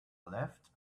left